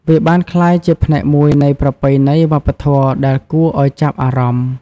វាបានក្លាយជាផ្នែកមួយនៃប្រពៃណីវប្បធម៌ដែលគួរឱ្យចាប់អារម្មណ៍។